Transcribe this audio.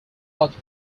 logic